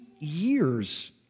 Years